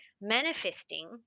manifesting